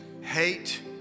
hate